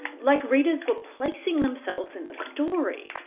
like readers were placing themselves in the story.